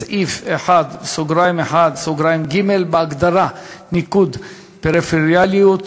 בסעיף 1(1)(ג), בהגדרה "ניקוד פריפריאליות"